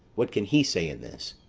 what can he say in this?